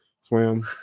Swam